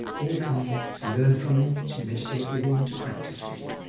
all coming to learn from him, to meditate with him, to practice with him,